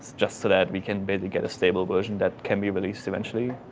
just so that we can maybe get a stable version that can be released eventually.